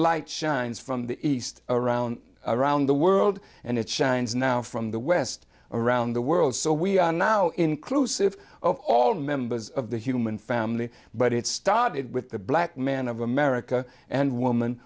light shines from the east around around the world and it shines now from the west around the world so we are now inclusive of all members of the human family but it started with the black man of america and woman